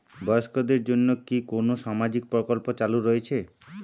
বয়স্কদের জন্য কি কোন সামাজিক প্রকল্প চালু রয়েছে?